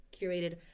curated